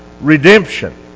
Redemption